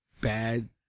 bad